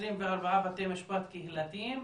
24 בתי משפט קהילתיים.